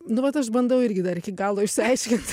nu vat aš bandau irgi dar iki galo išsiaiškint